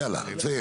יאללה, תסיים.